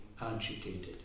agitated